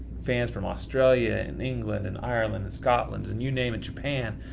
fans from australia and england and ireland and scotland and you name it, japan,